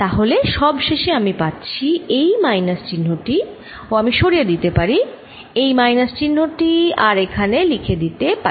তাহলে সব শেষে আমি পাচ্ছি এই মাইনাস চিহ্ন টি ও আমি সরিয়ে দিতে পারি এই মাইনাস চিহ্ন টি আর এখানে লিখে দিতে পারি